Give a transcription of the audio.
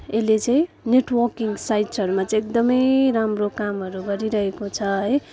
यसले चाहिँ networking साइट्सहरूमा चाहिँ एकदमै राम्रो कामहरू गरिरहेको छ है